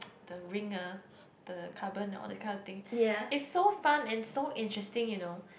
the ring ah the carbon and all those kind of things it's so fun and so interesting you know